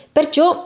Perciò